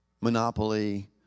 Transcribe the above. Monopoly